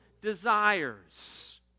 desires